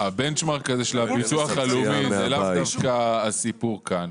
הבנצ'מארק של הביטוח הלאומי זה לאו דווקא הסיפור כאן.